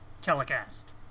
telecast